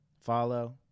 Follow